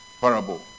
parable